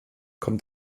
kommt